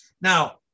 now